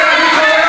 על כל החיילים תגני.